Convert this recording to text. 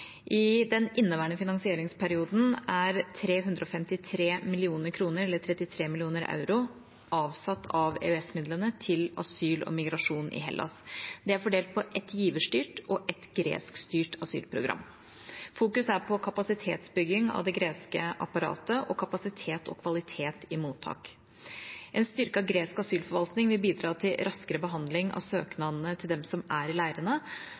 I den inneværende finansieringsperioden er 353 mill. kr eller 33 mill. euro avsatt av EØS-midlene til asyl og migrasjon i Hellas. Det er fordelt på ett giverstyrt og ett greskstyrt asylprogram. Fokus er på kapasitetsbygging av det greske apparatet og kapasitet og kvalitet i mottak. En styrket gresk asylforvaltning vil bidra til raskere behandling av søknadene til dem som er